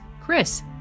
Chris